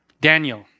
Daniel